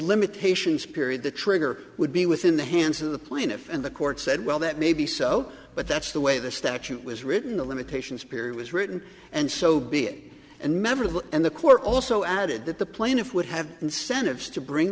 limitations period the trigger would be within the hands of the plaintiff and the court said well that may be so but that's the way the statute was written the limitations period was written and so be it and memorable and the court also added that the plaintiff would have incentives to bring